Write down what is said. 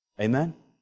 Amen